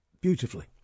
Beautifully